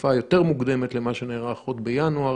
בתקופה יותר מוקדמת למה שנערך עוד בינואר.